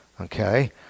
Okay